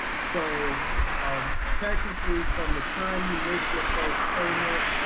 so um technically, from the time you miss your first payment,